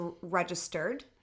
registered